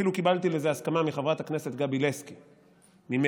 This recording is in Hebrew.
ואפילו קיבלתי לזה הסכמה מחברת הכנסת גבי לסקי ממרצ,